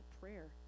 prayer